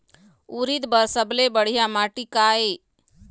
उरीद बर सबले बढ़िया माटी का ये?